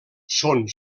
són